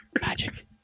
Magic